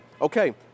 okay